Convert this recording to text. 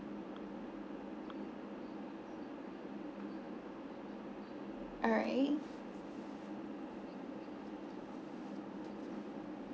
alright